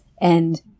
And-